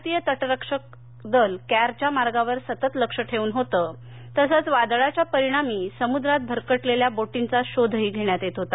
भारतीय तटरक्षक दल क्यारच्या मार्गावर सतत लक्ष ठेवून होतं तसंच वादळाच्या परिणामी समुद्रात भरकटलेल्या बोटींचा शोध घेण्यात येत होता